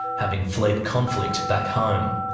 having fled conflict back home.